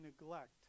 neglect